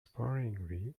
sparingly